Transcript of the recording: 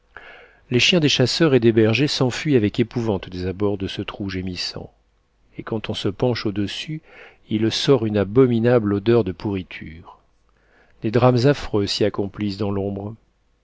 les chiens des chasseurs et des bergers s'enfuient avec épouvante des abords de ce trou gémissant et quand on se penche au-dessus il sort de là une abominable odeur de pourriture des drames affreux s'y accomplissent dans l'ombre